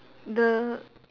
the